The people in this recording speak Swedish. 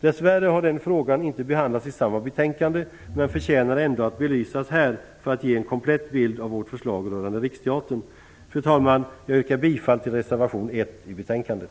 Dess värre har den frågan inte behandlats i samma betänkande, men den förtjänar ändå att belysas här för att kammaren skall få en komplett bild av vårt förslag rörande Fru talman! Jag yrkar bifall till reservation 1 till betänkandet.